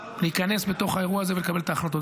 להיכנס לתוך האירוע הזה ולקבל את ההחלטות.